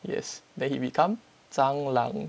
yes then he become 蟑螂